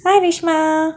hi reshma